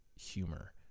humor